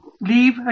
leave